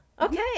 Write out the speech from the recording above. Okay